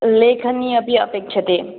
लेखनी अपि अपेक्ष्यते